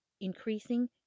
increasing